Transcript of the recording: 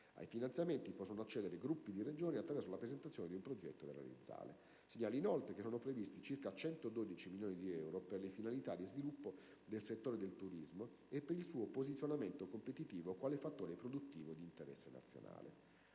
Ai finanziamenti possono accedere gruppi di Regioni attraverso la presentazione di un progetto da realizzare. Inoltre, si segnala che sono previsti circa 112 milioni di euro per le finalità di sviluppo del settore del turismo e per il suo posizionamento competitivo quale fattore produttivo di interesse nazionale.